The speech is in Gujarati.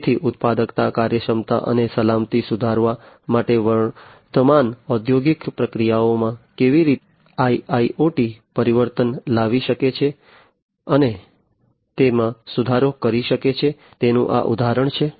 તેથી ઉત્પાદકતા કાર્યક્ષમતા અને સલામતી સુધારવા માટે વર્તમાન ઔદ્યોગિક પ્રક્રિયાઓમાં કેવી રીતે IIoT પરિવર્તન લાવી શકે છે અને તેમાં સુધારો કરી શકે છે તેનું આ ઉદાહરણ છે